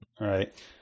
Right